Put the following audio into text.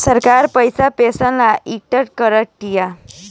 सरकार पइसा पेंशन ला इकट्ठा करा तिया